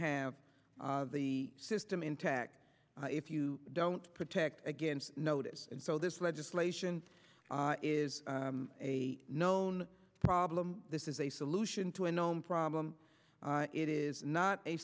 have the system intact if you don't protect against notice and so this legislation is a known problem this is a solution to a known problem it is not a